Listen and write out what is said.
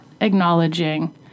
acknowledging